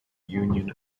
union